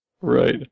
Right